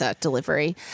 delivery